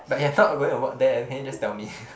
but you're not going to work there can you just tell me